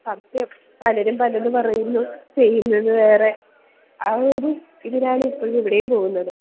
സത്യം പലരും പലതും പറയുന്നു ചെയ്യുന്നത് വേറെ ആ ഒരു ഇങ്ങനെയാണ് ഇപ്പോഴും ഇവിടെയും പോവുന്നത്